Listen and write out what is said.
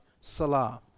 Salah